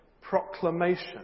proclamation